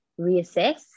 reassess